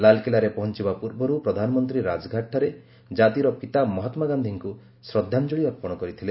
ଲାଲକିଲାରେ ପହଞ୍ଚିବା ପୂର୍ବରୁ ପ୍ରଧାନମନ୍ତ୍ରୀ ରାଜଘାଟଠାରେ କାତିର ପିତା ମହାତ୍ମା ଗାନ୍ଧିଙ୍କୁ ଶ୍ରଦ୍ଧାଞ୍ଜଳୀ ଅର୍ପଣ କରିଥିଲେ